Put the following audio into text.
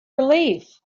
relief